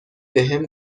بهم